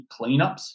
cleanups